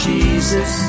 Jesus